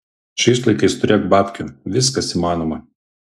šiais laikais turėk babkių viskas įmanoma